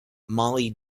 mollie